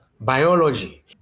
biology